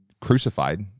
crucified